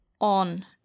on